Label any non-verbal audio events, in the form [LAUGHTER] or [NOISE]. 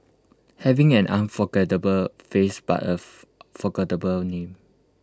having an unforgettable face but A [UNINTELLIGIBLE] forgettable name